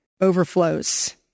overflows